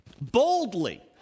boldly